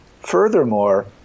furthermore